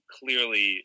clearly